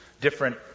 different